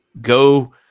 go